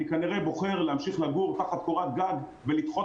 אני כנראה בוחר להמשיך לגור תחת קורת גג ולדחות